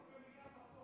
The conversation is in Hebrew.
לא רציתי לדבר היום,